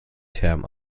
term